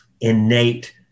innate